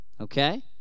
Okay